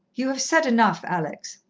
you have said enough, alex.